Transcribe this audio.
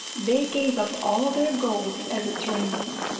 they gave up all their gold as its ransom.